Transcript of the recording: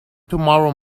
tomorrow